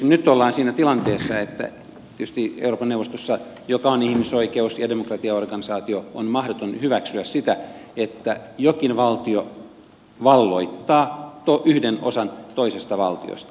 nyt ollaan siitä tilanteessa että tietysti euroopan neuvostossa joka on ihmisoikeus ja demokratiaorganisaatio on mahdoton hyväksyä sitä että jokin valtio valloittaa yhden osan toisesta valtiosta